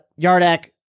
Yardak